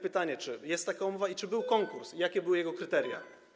Pytanie, czy jest taka umowa i czy był konkurs oraz jakie były jego kryteria.